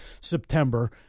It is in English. September